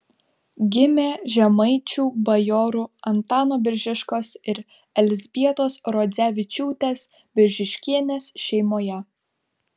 gimė žemaičių bajorų antano biržiškos ir elzbietos rodzevičiūtės biržiškienės šeimoje